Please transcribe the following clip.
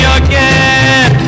again